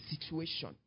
situation